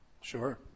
Sure